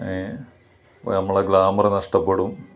ഏഹ് അപ്പോൾ നമ്മളെ ഗ്ലാമറ് നഷ്ടപ്പെടും